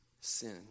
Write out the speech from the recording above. sin